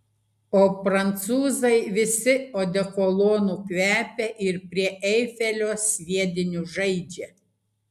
o prancūzai visi odekolonu kvepia ir prie eifelio sviediniu žaidžia